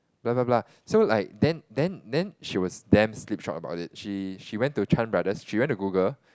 blah blah blah so like then then then she was damn slipshod about it she she went to Chan Brothers she went to Google